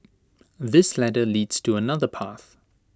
this ladder leads to another path